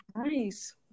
Nice